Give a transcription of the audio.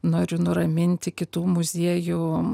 noriu nuraminti kitų muziejų